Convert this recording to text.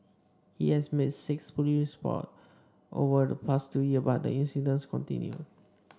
he has made six police reports over the past two year but the incidents continued